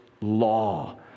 law